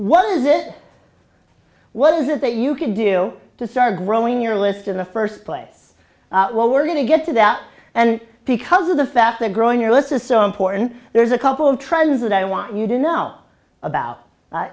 what is it what is it that you can do to start growing your list in the first place well we're going to get to that and because of the fact that growing your list is so important there's a couple of trends that i want you to know about